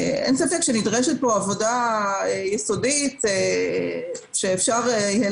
אין ספק שנדרשת עבודה יסודית שאפשר יהיה